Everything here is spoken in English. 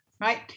right